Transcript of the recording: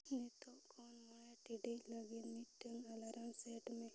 ᱱᱤᱛᱳᱜ ᱠᱷᱚᱱ ᱢᱚᱬᱮ ᱴᱤᱲᱤᱡᱽ ᱞᱟᱹᱜᱤᱫ ᱢᱤᱫᱴᱟᱹᱝ ᱮᱞᱟᱨᱟᱢ ᱥᱮᱹᱴ ᱢᱮ